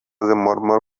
murmur